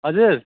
हजुर